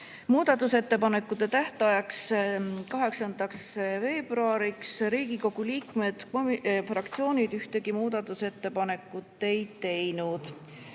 Muudatusettepanekute tähtajaks, 8. veebruariks Riigikogu liikmed ega fraktsioonid ühtegi muudatusettepanekut ei teinud.